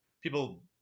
People –